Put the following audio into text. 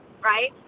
right